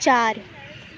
چار